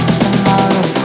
tomorrow